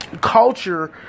culture